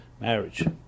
marriage